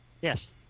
Yes